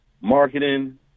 marketing